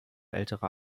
ältere